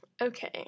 Okay